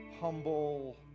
humble